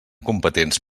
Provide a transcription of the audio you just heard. competents